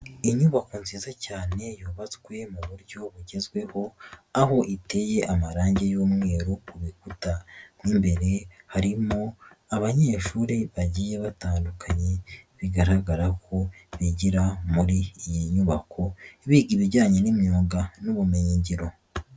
Inyubako nziza cyane yubatswe mu buryo bugezweho, aho iteye amarangi y'umweru ku bikuta, mo imbere harimo abanyeshuri bagiye batandukanye bigaragara ko bigira muri iyi nyubako, biga ibijyanye n'imyuga n'ubumenyi ngiro.